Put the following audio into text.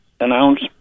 announce